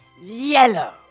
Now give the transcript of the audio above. yellow